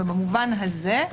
ובמובן הזה,